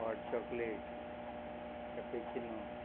hot chocolate cappuccino